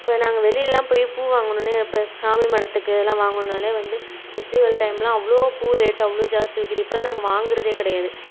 இப்போ நாங்கள் வெளியிலலாம் போய் பூ வாங்கணும்னு இப்போ சாமி மாடத்துக்கு இதுலாம் வாங்கணும்னாலே வந்து ஃபெஸ்டிவல் டைம்லாம் அவ்வளோ பூ ரேட்டு அவ்வளோ ஜாஸ்தி விக்குது இப்போலாம் நாங்கள் வாங்குவதே கிடையாது